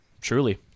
Truly